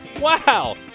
Wow